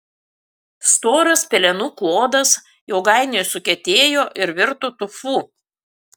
storas pelenų klodas ilgainiui sukietėjo ir virto tufu